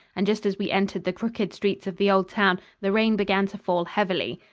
and just as we entered the crooked streets of the old town, the rain began to fall heavily.